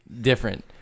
different